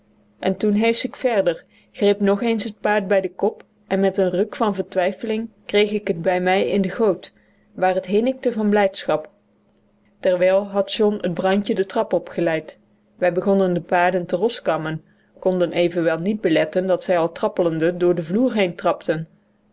en toen heesch ik verder greep nog eens het paard bij den kop en met een ruk van vertwijfeling kreeg ik het bij mij in de goot waar het hinnikte van blijdschap terwijl had john het bruintje de trap opgeleid wij begonnen de paarden te roskammen konden evenwel niet beletten dat zij al trappende door den vloer henen trapten